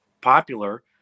popular